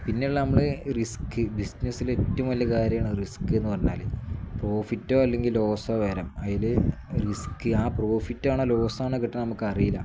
പിന്നെയുള്ള നമ്മൾ റിസ്ക് ബിസിനസ്സിൽ ഏറ്റവും വലിയ കാര്യമാണ് റിസ്ക് എന്ന് പറഞ്ഞാൽ പ്രോഫിറ്റോ അല്ലെങ്കിൽ ലോസോ വരാം അതിൽ റിസ്ക് ആ പ്രോഫിറ്റ ആണോ ലോസണോ കിട്ടുക നമുക്ക് അറിയില്ല